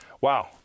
wow